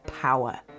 power